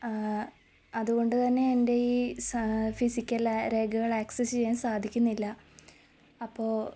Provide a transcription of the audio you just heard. അതുകൊണ്ടുതന്നെ എൻ്റെ ഈ ഫിസിക്കൽ രേഖകള് ആക്സസ് ചെയ്യാൻ സാധിക്കുന്നില്ല അപ്പോള്